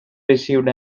received